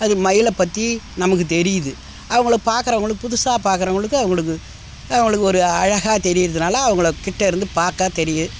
அது மயிலை பற்றி நமக்குத் தெரியுது அவங்கள பார்க்கறவங்களுக்கு புதுசாக பார்க்கறவங்களுக்கு அவங்களுக்கு அவங்களுக்கு ஒரு அழகாக தெரிகிறதுனால அவங்கள கிட்டேயிருந்து பார்க்க தெரியும்